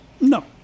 No